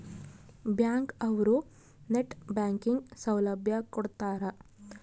bank ಅವ್ರು net banking ಸೌಲಭ್ಯ ಕೊಡ್ತಾರ